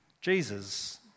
Jesus